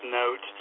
note